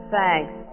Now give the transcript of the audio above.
Thanks